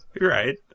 right